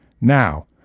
Now